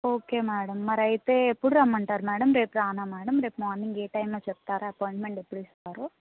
okay madam మరైతే ఎప్పుడు రమ్మంటారు మేడం రేపు రానా మేడం రేపు మార్నింగ్ ఏ టైమ్ చెప్తారా అప్పోయింట్మెంట్ ఎప్పుడు ఇస్తారు